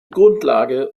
grundlage